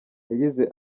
yagize